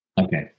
Okay